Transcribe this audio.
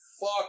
fuck